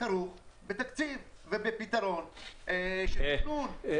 כרוכות בתקציב ובפתרון של תכנון.